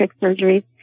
surgery